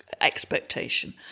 expectation